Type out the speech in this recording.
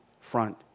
front